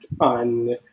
on